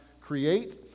create